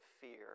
fear